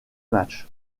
matchs